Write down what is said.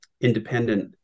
independent